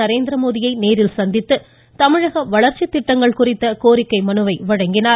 நரேந்திரமோடியை நேரில் சந்தித்து தமிழக வளர்ச்சி திட்டங்கள் குறித்த கோரிக்கை மனுவை வழங்கினார்